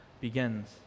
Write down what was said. begins